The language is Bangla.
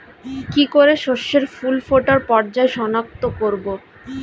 কি করে শস্যের ফুল ফোটার পর্যায় শনাক্ত করব?